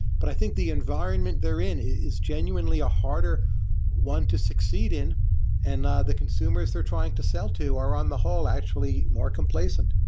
but i think the environment they're in is genuinely a harder one to succeed in and the consumers they're trying to sell to or on the whole actually more complacent.